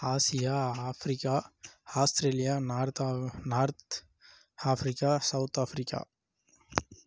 Asia Africa Australia நார்த்தாவு North Africa South Africa